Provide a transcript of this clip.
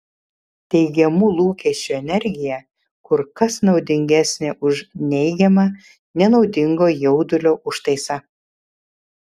teigiamų lūkesčių energija kur kas naudingesnė už neigiamą nenaudingo jaudulio užtaisą